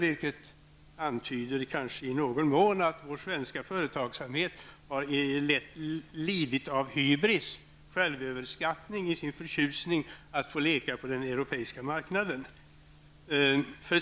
Det antyder kanske i någon mån att vår svenska företagsamhet har lidit av hybris, självöverskattning, i sin förtjusning att få leka på den europeiska marknaden.